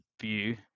view